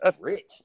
rich